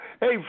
Hey